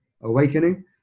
awakening